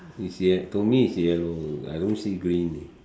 it's yell~ to me it's yellow I don't see green